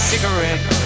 Cigarette